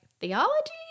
theology